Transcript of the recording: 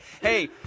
Hey